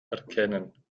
erkennen